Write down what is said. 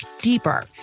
deeper